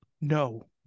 no